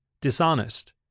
dishonest